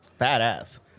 Badass